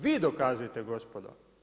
Vi dokazujte gospodo.